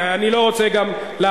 אני לא רוצה להרחיב.